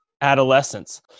adolescence